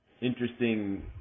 interesting